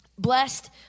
Blessed